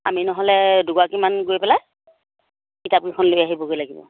আমি নহ'লে দুগৰাকীমান গৈ পেলাই কিতাপকেইখন লৈ আহিবগৈ লাগিব